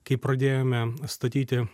kai pradėjome statyti